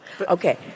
Okay